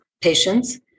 patients